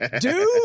Dude